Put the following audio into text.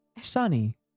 sunny